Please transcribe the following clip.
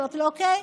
אמרתי לו: אוקיי,